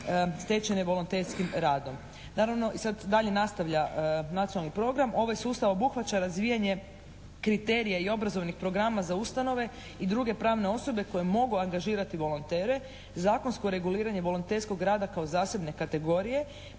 stečene volonterskim radom. Naravno i sad dalje nastavlja nacionalni program ovaj sustav obuhvaća razvijanje kriterija i obrazovnih programa za ustanove i druge pravne osobe koje mogu angažirati volontere, zakonsko reguliranje volonterskog rada kao zasebne kategorije,